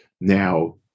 Now